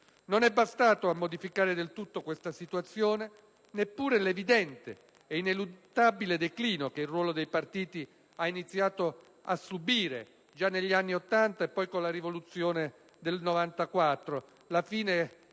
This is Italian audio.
Non è bastato a modificare del tutto questa situazione neppure l'evidente e ineluttabile declino che il ruolo dei partiti ha iniziato a subire già negli anni Ottanta e poi con la rivoluzione del 1994, la fine